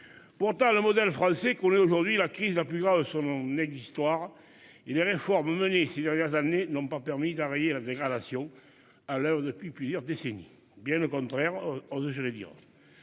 Pourtant le modèle français connaît aujourd'hui la crise la plus grave selon nées de l'histoire. Il les réformes menées ces dernières années n'ont pas permis d'enrayer la dégradation. À l'heure depuis plusieurs décennies, bien au contraire, on devrait dire.